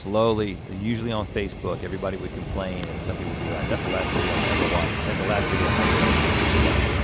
slowly, usually on facebook, everybody would complain and some people would be like, that's the last video i'm ever watching. that's the last video i'm ever letting my kids watch.